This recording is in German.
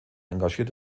engagiert